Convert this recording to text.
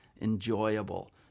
enjoyable